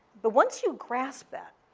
but once you grasp that,